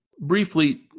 Briefly